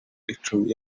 icumi